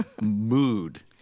mood